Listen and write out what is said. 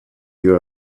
you